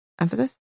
emphasis